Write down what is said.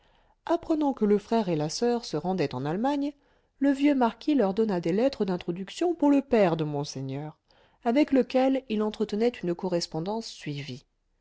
apprenant que le frère et la soeur se rendaient en allemagne le vieux marquis leur donna des lettres d'introduction pour le père de monseigneur avec lequel il entretenait une correspondance suivie